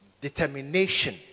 determination